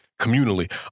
communally